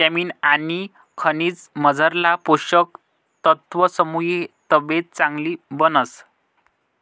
ईटामिन आनी खनिजमझारला पोषक तत्वसमुये तब्येत चांगली बनस